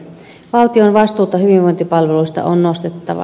valtion vastuuta hyvinvointipalveluista on nostettava